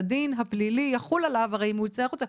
הדין הפלילי יחול עליו אם הוא יצא החוצה.